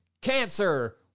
cancer